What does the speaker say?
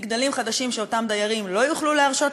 מגדלים חדשים שאותם דיירים לא יוכלו להרשות לעצמם,